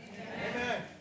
Amen